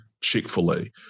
Chick-fil-A